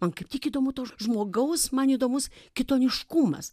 man kaip tik įdomu to žmogaus man įdomus kitoniškumas